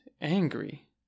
angry